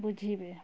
ବୁଝିବେ